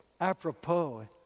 apropos